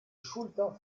schulter